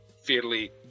fairly